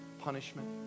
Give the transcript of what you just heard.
punishment